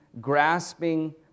grasping